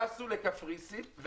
שטסו לקפריסין,